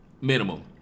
minimum